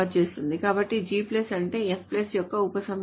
కాబట్టి G అంటే F యొక్క ఉపసమితి